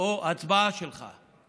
שאילתה שלך או הצבעה שלך.